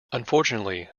unfortunately